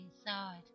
inside